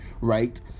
right